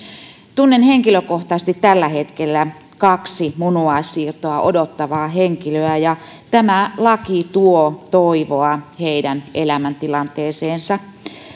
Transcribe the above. tunnen henkilökohtaisesti tällä hetkellä kaksi munuaissiirtoa odottavaa henkilöä ja tämä laki tuo toivoa heidän elämäntilanteeseensa